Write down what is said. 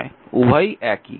উভয়ই একই